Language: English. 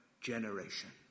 generation